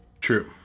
True